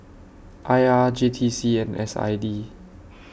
I R J T C and S I D